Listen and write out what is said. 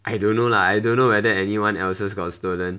I don't know lah I don't know whether anyone else's got stolen